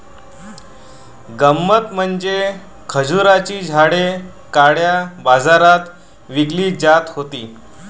गंमत म्हणजे खजुराची झाडे काळ्या बाजारात विकली जात होती